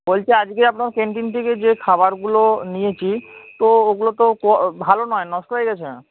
বলছি আজকে আপনার ক্যান্টিন থেকে যে খাবারগুলো নিয়েছি তো ওগলো তো ভালো নয় নষ্ট হয়ে গেছে